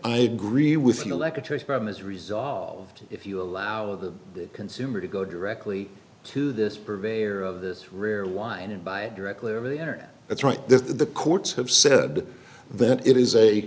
i agree with you like a choice problem is resolved if you allow the consumer to go directly to this purveyor of this rare wine and buy it directly over the internet that's right the courts have said that it is a